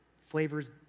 flavor's